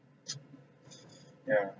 yeah